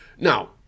Now